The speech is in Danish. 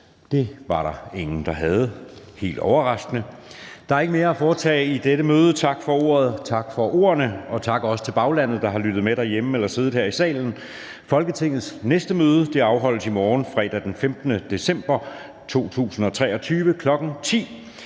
fra formanden Anden næstformand (Jeppe Søe): Der er ikke mere at foretage i dette møde. Tak for ordet, tak for ordene, og også tak til baglandet, der har lyttet med derhjemme eller siddet her i salen. Folketingets næste møde afholdes i morgen, fredag den 15. december 2023, kl. 10.00.